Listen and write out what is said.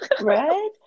Right